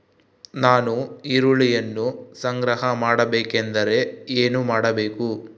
ನಾನು ಈರುಳ್ಳಿಯನ್ನು ಸಂಗ್ರಹ ಮಾಡಬೇಕೆಂದರೆ ಏನು ಮಾಡಬೇಕು?